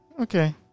Okay